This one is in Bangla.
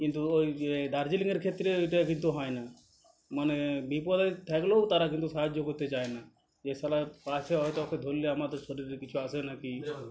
কিন্তু ওই যে দার্জিলিংয়ের ক্ষেত্রে ওটা কিন্তু হয় না মানে বিপদে থাকলেও তারা কিন্তু সাহায্য করতে চায় না যে শালা পাশে হয়তো কাউকে ধরলে আমাদের শরীরে কিছু আসে না কি